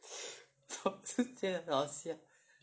总是觉得很好笑